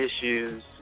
issues